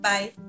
Bye